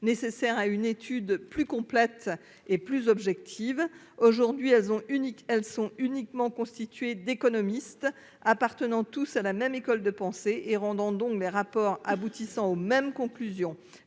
nécessaires à une étude plus complète et plus objective. Aujourd'hui, ce groupe est exclusivement constitué d'économistes qui appartiennent tous à la même école de pensée, il rend donc des rapports aboutissant à la même conclusion :